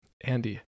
Andy